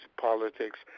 politics